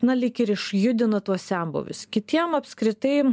na lyg ir išjudino tuos senbuvius kitiem apskritai